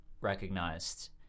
recognized